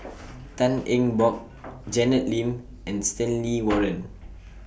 Tan Eng Bock Janet Lim and Stanley Warren